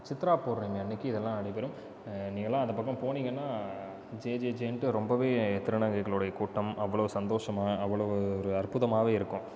சித்ரா பவுர்ணமி அன்றைக்கு இதெல்லாம் நடைபெறும் நீங்கள்லாம் அந்தப் பக்கம் போனீங்கன்னா ஜேஜே ஜேன்ட்டு ரொம்பவே திருநங்கைகளுடைய கூட்டம் அவ்வளவு சந்தோஷமாக அவ்வளவு ஒரு அற்புதமாகவே இருக்கும்